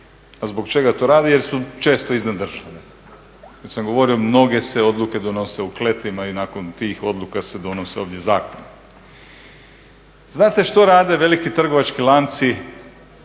A zbog čega to radi? Jer su često iznad države. Već sam govorio, mnoge se odluke donose u kletima i nakon tih odluka se donose ovdje zakoni. Znate što rade veliki trgovački lanci